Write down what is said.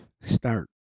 start